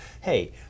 hey